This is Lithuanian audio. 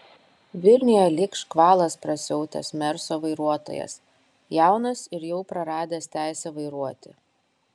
vilniuje lyg škvalas prasiautęs merso vairuotojas jaunas ir jau praradęs teisę vairuoti